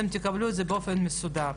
אתם תקבלו את זה באופן מסודר.